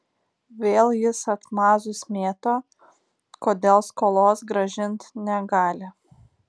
vėl jis atmazus mėto kodėl skolos grąžint negali